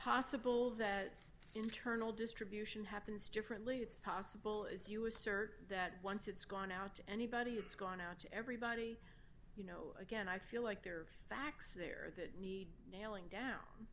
possible that internal distribution happens differently it's possible it's you assert that once it's gone out to anybody it's gone out to everybody you know again i feel like there are facts there that need nailing down